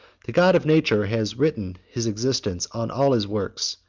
the god of nature has written his existence on all his works,